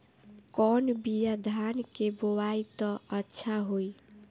कौन बिया धान के बोआई त अच्छा होई?